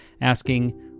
asking